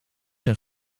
een